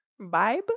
vibe